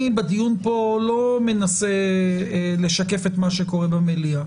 בדיון פה אני לא מנסה לשקף את מה שקורה במליאה.